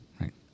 right